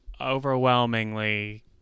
overwhelmingly